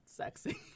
sexy